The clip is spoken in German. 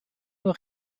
nur